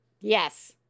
yes